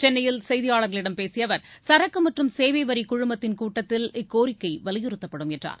சென்னையில் செய்தியாளர்களிடம் பேசிய அவர் சரக்கு மற்றும் சேவை வரி குழுமத்தின் கூட்டத்தில் இக்கோரிக்கை வலியுறுத்தப்படும் என்றார்